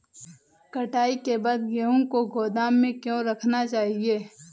कटाई के बाद गेहूँ को गोदाम में क्यो रखना चाहिए?